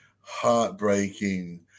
heartbreaking